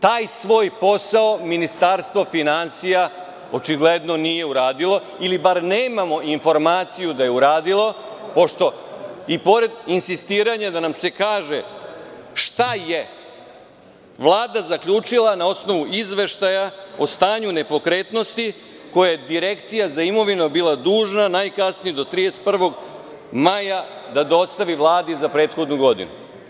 Taj svoj posao Ministarstvo finansija očigledno nije uradilo ili bar nemamo informaciju da je uradilo, pošto, i pored insistiranja da nam se kaže šta je Vlada zaključila na osnovu Izveštaja o stanju nepokretnosti, koje je Direkcija za imovinu bila dužna najkasnije do 31. maja da dostavi Vladi za prethodnu godinu.